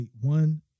one